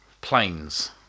planes